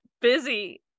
Busy